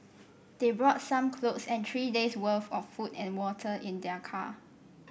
they brought some clothes and three day's worth of food and water in their car